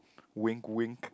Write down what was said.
wink wink